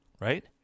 right